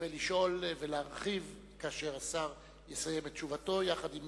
ולשאול ולהרחיב, כאשר השר יסיים את תשובתו, יחד עם